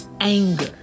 anger